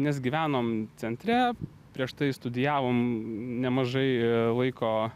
nes gyvenom centre prieš tai studijavom nemažai laiko